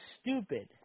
stupid